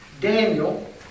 Daniel